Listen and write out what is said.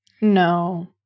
No